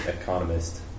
economist